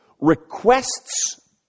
requests